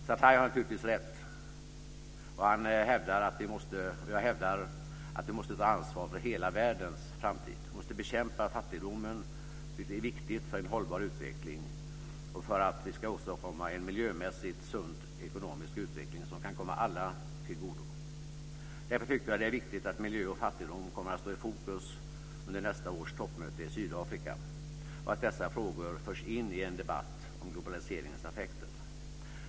Sartaj har naturligtvis rätt, och jag hävdar att vi måste ta ansvar för hela världens framtid. Vi måste bekämpa fattigdomen. Det är viktigt för en hållbar utveckling och för att vi ska åstadkomma en miljömässigt sund ekonomisk utveckling som kan komma alla till godo. Därför tycker jag att det är viktigt att miljö och fattigdom kommer att stå i fokus under nästa års toppmöte i Sydafrika och att dessa frågor förs in i en debatt om globaliseringens effekter.